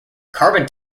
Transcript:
carbon